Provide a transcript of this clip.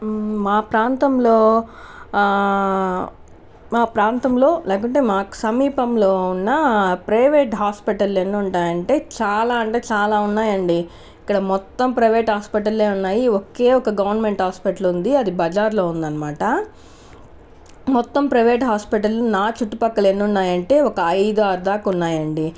మా ప్రాంతంలో మా ప్రాంతంలో లేకుంటే మాకు సమీపంలో ఉన్న ప్రైవేట్ హాస్పిటల్ ఎన్ని ఉంటాయంటే చాలా అంటే చాలా ఉన్నాయండి ఇక్కడ మొత్తం ప్రైవేట్ హాస్పిటల్లే ఉన్నాయి ఒకే ఒక గవర్నమెంట్ హాస్పిటల్ ఉంది అది బజార్లో ఉంది అనమాట మొత్తం ప్రైవేట్ హాస్పిటల్ నా చుట్టుపక్కల ఎన్ని ఉన్నాయంటే ఒక ఐదు ఆరు దాకా ఉన్నాయండి